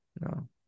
No